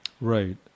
right